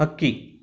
ಹಕ್ಕಿ